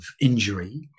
injury